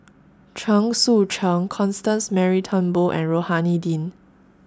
Chen Sucheng Constance Mary Turnbull and Rohani Din